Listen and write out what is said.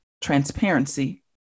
transparency